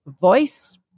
voice